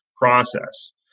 process